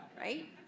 right